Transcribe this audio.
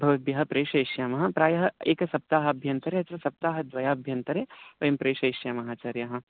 भवद्भ्यः प्रेषयिष्यामः प्रायः एकसप्ताहाभ्यन्तरे अथवा सप्ताहद्वयाभ्यन्तरे वयं प्रेषयिष्यामः आचार्याः